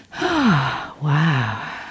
Wow